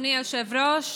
אדוני היושב-ראש,